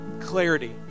clarity